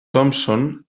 thompson